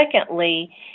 Secondly